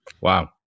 wow